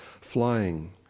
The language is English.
flying